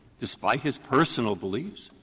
despite his personal beliefs,